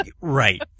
Right